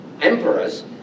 emperors